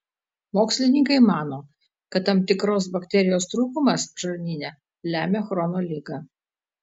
mokslininkai mano kad tam tikros bakterijos trūkumas žarnyne lemia chrono ligą